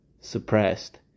suppressed